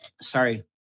Sorry